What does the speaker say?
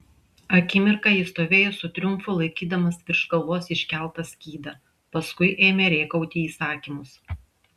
akimirką jis stovėjo su triumfu laikydamas virš galvos iškeltą skydą paskui ėmė rėkauti įsakymus